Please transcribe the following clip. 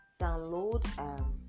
download